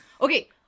Okay